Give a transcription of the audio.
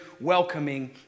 welcoming